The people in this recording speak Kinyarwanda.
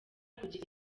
kugira